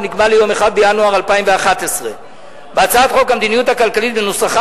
ונקבע ליום 1 בינואר 2011. בהצעת חוק המדיניות הכלכלית בנוסחה